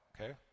okay